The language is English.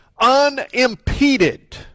unimpeded